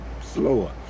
slower